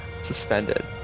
suspended